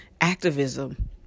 activism